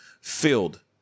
filled